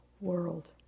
world